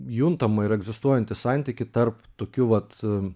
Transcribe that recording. juntamą ir egzistuojantį santykį tarp tokių vat